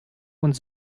und